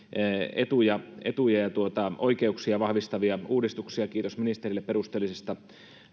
etuja etuja ja oikeuksia vahvistavia uudistuksia kiitos ministerille perusteellisesta